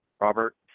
Robert